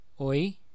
Oi